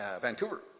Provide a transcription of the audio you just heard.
Vancouver